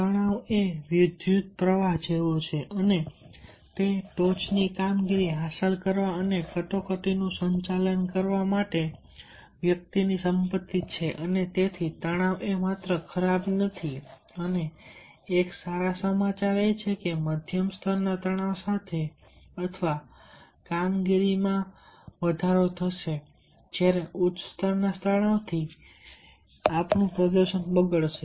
તણાવ એ વિદ્યુત પ્રવાહ જેવો છે અને તે ટોચની કામગીરી હાંસલ કરવા અને કટોકટીનું સંચાલન કરવા માટે વ્યક્તિની સંપત્તિ છે અને તેથી તણાવ એ માત્ર ખરાબ નથી અને એક સારા સમાચાર છે કે મધ્યમ સ્તરના તણાવ સાથે અથવા કામગીરીમાં વધારો થશે જ્યારે ઉચ્ચ સ્તરના તણાવથી આપણું પ્રદર્શન બગડશે